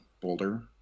Boulder